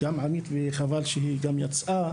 חבל שהיא יצאה